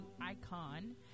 icon